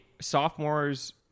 Sophomores